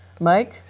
Mike